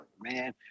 man